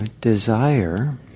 desire